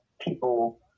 people